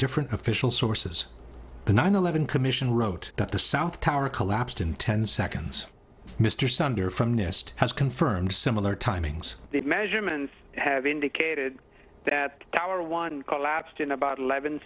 different official sources the nine eleven commission wrote that the south tower collapsed in ten seconds mr sunder from nist has confirmed similar timings measurements have indicated that tower one collapsed in about eleven